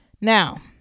Now